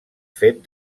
fet